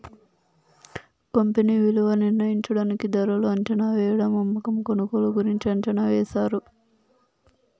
company విలువ నిర్ణయించడానికి ధరలు అంచనావేయడం అమ్మకం కొనుగోలు గురించి అంచనా వేశారు